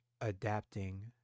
Adapting